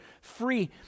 free